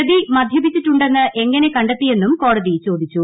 പ്രതി മദ്യപിച്ചിട്ടുണ്ടെന്ന് എങ്ങനെ കണ്ടെത്തിയെന്നും കോടതി ചോദിച്ചു